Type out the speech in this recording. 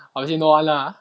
honestly no one lah